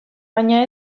baina